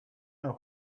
know